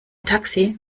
taxi